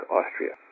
Austria